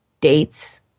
dates